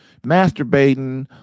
masturbating